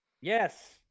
Yes